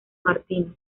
martinez